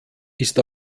ist